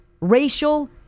racial